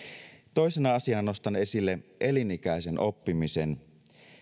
toisena asiana nostan esille elinikäisen oppimisen